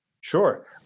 Sure